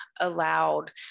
allowed